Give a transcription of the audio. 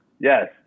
yes